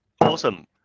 awesome